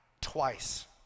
twice